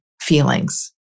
feelings